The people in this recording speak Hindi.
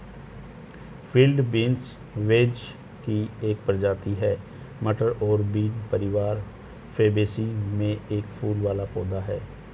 फील्ड बीन्स वेच की एक प्रजाति है, मटर और बीन परिवार फैबेसी में एक फूल वाला पौधा है